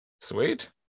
sweet